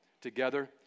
together